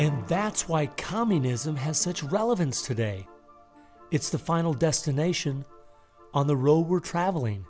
and that's why communism has such relevance today it's the final destination on the road we're traveling